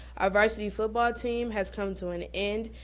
our varsity football team has come to an end,